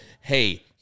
hey